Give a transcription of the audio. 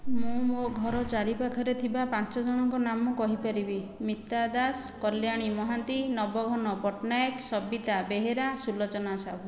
ମୁଁ ମୋ ଘର ଚାରିପାଖରେ ଥିବା ପାଞ୍ଚଜଣଙ୍କ ନାମ କହିପାରିବି ମିତା ଦାସ କଲ୍ୟାଣୀ ମହାନ୍ତି ନବଘନ ପଟ୍ଟନାୟକ ସବିତା ବେହେରା ସୁଲୋଚନା ସାହୁ